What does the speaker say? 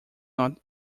not